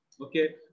okay